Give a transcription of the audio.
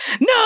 No